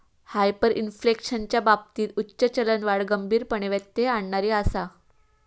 हायपरइन्फ्लेशनच्या बाबतीत उच्च चलनवाढ गंभीरपणे व्यत्यय आणणारी आसा